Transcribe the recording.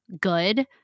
good